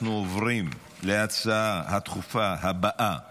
אנחנו עוברים להצעה הדחופה הבאה בנושא: